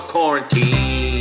Quarantine